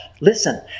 listen